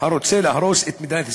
הרוצה להרוס את מדינת ישראל.